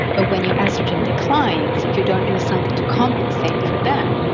but when your estrogen declines, if you don't do something to compensate for that,